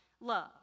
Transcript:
love